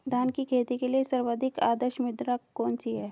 धान की खेती के लिए सर्वाधिक आदर्श मृदा कौन सी है?